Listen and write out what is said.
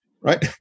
right